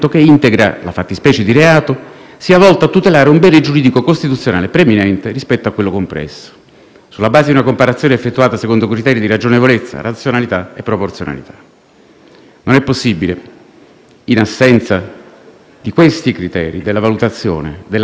sulla base di una comparazione effettuata secondo criteri di ragionevolezza, razionalità e proporzionalità. Non è possibile, in assenza di questi criteri della valutazione e della comparazione, sottrarre il ministro Salvini all'accertamento dell'autorità giudiziaria.